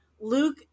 luke